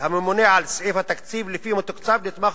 הממונה על סעיף התקציב שלפיו הגוף מתוקצב או נתמך,